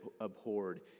abhorred